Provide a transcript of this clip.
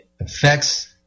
affects